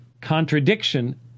Contradiction